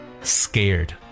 Scared